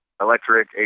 electric